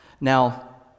Now